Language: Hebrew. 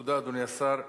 תודה, אדוני השר.